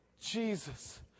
Jesus